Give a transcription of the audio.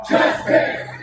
Justice